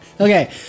Okay